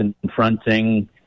confronting